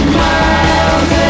miles